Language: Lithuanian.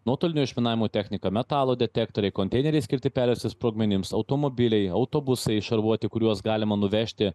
nuotolinio išminavimo technika metalo detektoriai konteineriai skirti pervesti sprogmenims automobiliai autobusai šarvuoti kuriuos galima nuvežti